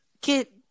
get